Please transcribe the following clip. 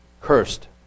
cursed